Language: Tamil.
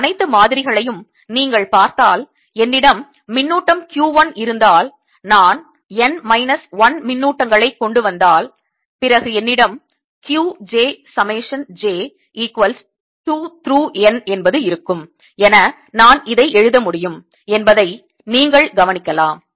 இந்த அனைத்து மாதிரிகளையும் நீங்கள் பார்த்தால் என்னிடம் மின்னூட்டம் Q 1 இருந்தால் அடுத்து நான் n மைனஸ் 1 மின்னூட்டங்களை கொண்டு வந்தால் பிறகு என்னிடம் Q j summation j equals 2 through N என்பது இருக்கும் என நான் இதை எழுத முடியும் என்பதை நீங்கள் கவனிக்கலாம்